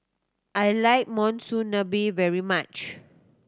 I like Monsunabe very much